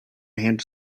and